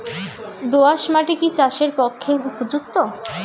দোআঁশ মাটি কি চাষের পক্ষে উপযুক্ত?